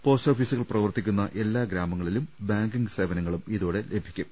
പോസ്റ്റ്ഓഫീസുകൾ പ്രവർത്തിക്കുന്ന എല്ലാ ഗ്രാമങ്ങളിലും ബാങ്കിംഗ് സേവ നങ്ങളും ഇതോടെ ലഭിക്കും